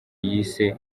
yise